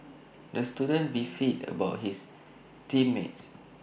the student beefed about his team mates